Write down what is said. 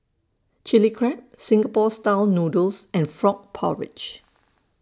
Chilli Crab Singapore Style Noodles and Frog Porridge